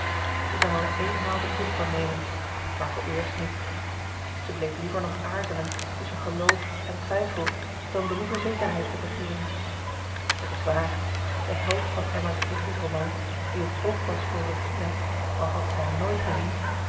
zij zou er eenmaal de proef van nemen maar vooreerst niet zij bleef liever nog aarzelen tusschen geloof en twijfel dan droeve zekerheid te begeeren t is waar de held van emma's liefdesroman die het ook was voor regina al had zij hem nooit gezien